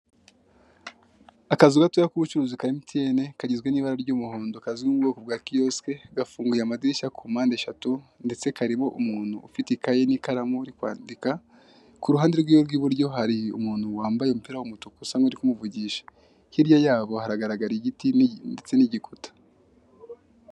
Akazu gatoya k'ubucuruzi MTN kagizwe n'ibara ry'umuhondo kazwi mu bwoko bwa kiyosike, gafunguye amadirishya ku mpande eshatu ndetse karimo umuntu ufite ikayi n'ikaramu uri kwandika, ku ruhande rwiwe rw'iburyo hari umuntu wambaye umupira w'umutuku usa n'urikumuvugisha, hirya yabo haragaragara igiti ndetse n'igikuta.